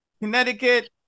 Connecticut